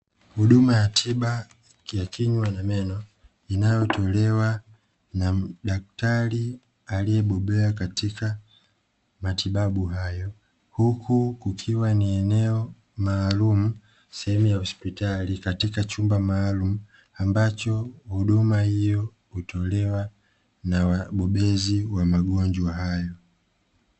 Huduma ya tiba ya kinywa na meno inayotolewa na daktari aliyebobea katika matibabu hayo, huku kukiwa ni eneo maalumu sehemu ya hospitali katika chumba maalumu ambacho huduma hiyo hutolewa na wabobezi wa magonjwa hayo.